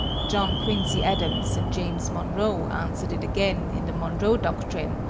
john quincy adams and james monroe answered it again in the monroe doctrine,